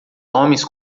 homens